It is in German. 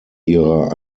ihrer